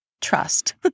trust